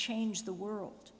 change the world